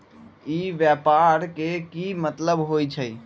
ई व्यापार के की मतलब होई छई?